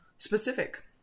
Specific